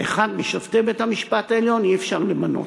אחד משופטי בית המשפט העליון אי-אפשר למנות.